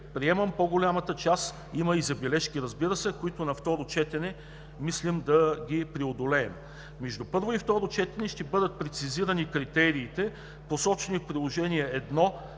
приемам по-голямата част – има и забележки, разбира се, които на второ четене, мислим да ги преодолеем. Между първо и второ четене ще бъдат прецизирани критериите, посочени в Приложение №